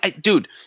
Dude